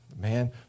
man